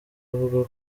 avuga